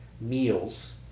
meals